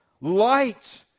light